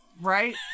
Right